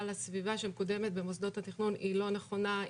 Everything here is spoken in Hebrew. על הסביבה שמקודמת במוסדות התכנון לא נכונה,